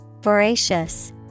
Voracious